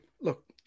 look